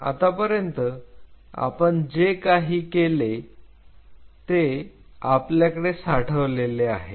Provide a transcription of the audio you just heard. आतापर्यंत आपण जे काही केले आहे ते आपल्याकडे साठवलेले आहे